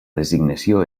designació